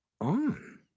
on